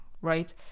right